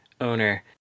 owner